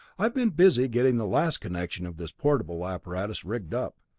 i've been busy getting the last connection of this portable apparatus rigged up.